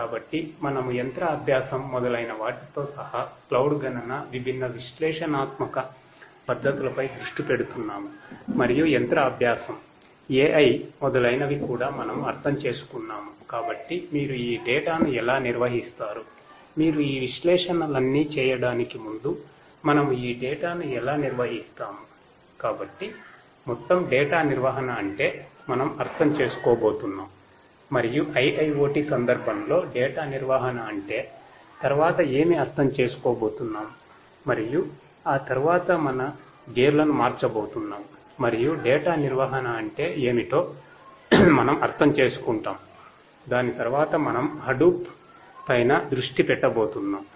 కాబట్టి మనము యంత్ర అభ్యాసం మొదలైన వాటితో సహా క్లౌడ్ పఇన దృష్టి పెట్టబోతున్నాం